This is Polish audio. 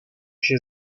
się